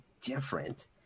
different